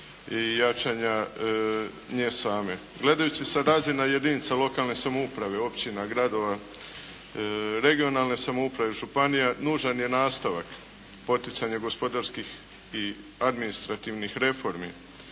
i jačanja nje same. Gledajući sa razina jedinica lokalne samouprave, općina, gradova, regionalne samouprave, županija nužan je nastavak poticanja gospodarskih i administrativnih reformi